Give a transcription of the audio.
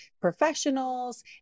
professionals